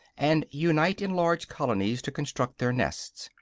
and unite in large colonies to construct their nests.